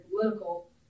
political